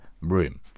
room